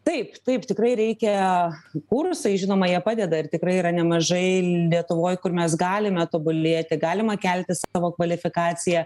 taip taip tikrai reikia kursai žinoma jie padeda ir tikrai yra nemažai lietuvoj kur mes galime tobulėti galima kelti savo kvalifikaciją